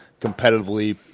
competitively